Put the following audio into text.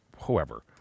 whoever